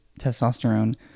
testosterone